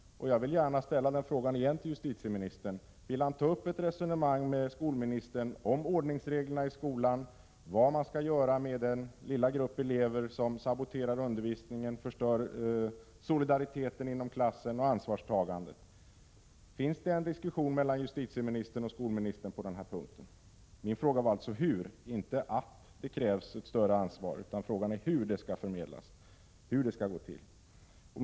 Och jag ställer igen frågan till justitieministern: Vill justitieministern ta upp ett resonemang med skolministern om ordningsreglerna i skolan och om vad man skall göra med den lilla grupp elever som saboterar undervisningen samt förstör solidariteten inom klassen och ansvarstagandet? Förs det en diskussion mellan justitieministern och skolministern på den här punkten? Min fråga gäller alltså hur det här skall gå till — den gäller inte att det krävs ett större ansvar.